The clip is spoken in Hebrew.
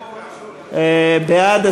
בעד,